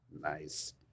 Nice